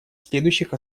следующих